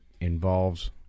involves